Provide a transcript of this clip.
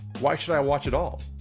why should i watch it all?